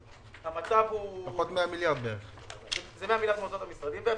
זה בערך 100 מיליארד שקל מהוצאות המשרדים.